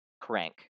Crank